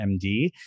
MD